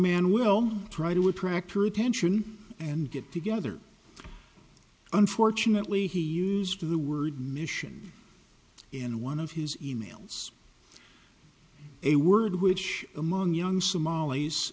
man will try to attract her attention and get together unfortunately he used to the word mission and one of his emails a word which among young somali